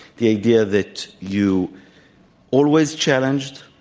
the idea that you always challenge,